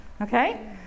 Okay